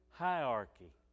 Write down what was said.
hierarchy